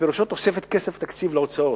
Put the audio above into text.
שפירושה תוספת כסף, תקציב להוצאות,